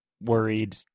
worried